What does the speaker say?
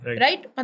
Right